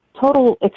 total